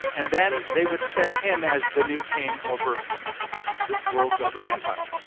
and then they would set him as the new king over this world governing empire.